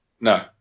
No